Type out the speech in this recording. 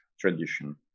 tradition